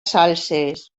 salses